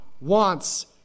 wants